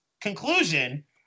conclusion